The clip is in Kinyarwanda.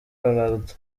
ronaldo